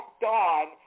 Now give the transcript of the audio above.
dawn